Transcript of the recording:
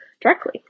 directly